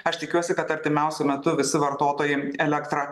aš tikiuosi kad artimiausiu metu visi vartotojai elektrą